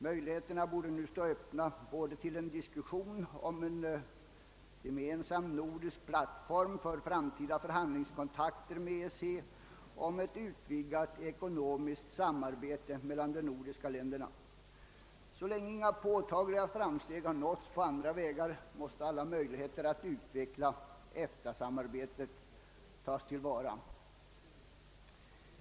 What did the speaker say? Möjligheterna borde nu stå öppna såväl till en diskussion om en gemensam nordisk plattform för framtiden som till förhandlingskontakter med EEC och ett utvidgat ekonomiskt samarbete mellan de nordiska länderna. Så länge inga påtagliga framsteg har nåtts på andra vägar måste alla möjligheter att utveckla EFTA-samarbetet tas till vara.